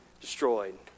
destroyed